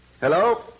Hello